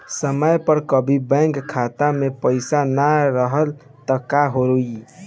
समय पर कभी बैंक खाता मे पईसा ना रहल त का होई?